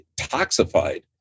toxified